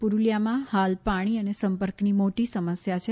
પુરુલિયામાં હાલ પાણી અને સંપર્કની મોટી સમસ્યા છે